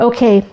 Okay